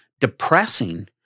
depressing